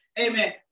Amen